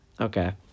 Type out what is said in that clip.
Okay